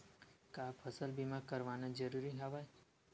का फसल बीमा करवाना ज़रूरी हवय?